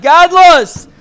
Godless